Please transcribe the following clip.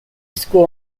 school